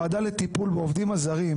אם אנחנו לוקחים את הוועדה לטיפול בעובדים הזרים,